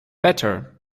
better